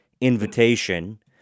invitation